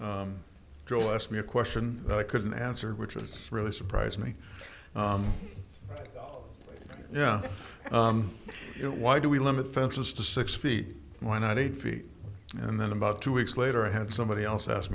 one joel asked me a question that i couldn't answer which was really surprised me oh yeah you know why do we limit fences to six feet why not eight feet and then about two weeks later i had somebody else ask